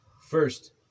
first